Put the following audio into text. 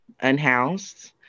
unhoused